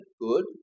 good